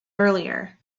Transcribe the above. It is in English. earlier